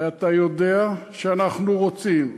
הרי אתה יודע שאנחנו רוצים.